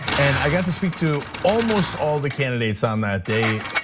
and i got to speak to almost all the candidates on that day,